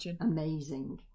amazing